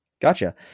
Gotcha